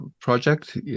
project